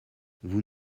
vous